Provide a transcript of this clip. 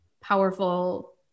powerful